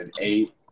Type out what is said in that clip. eight